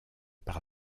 par